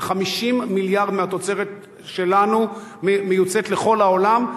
ש-50 מיליארד מהתוצרת שלנו מיוצאים לכל העולם,